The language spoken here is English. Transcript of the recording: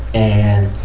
and,